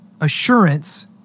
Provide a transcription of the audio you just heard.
assurance